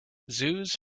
zoos